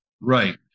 Right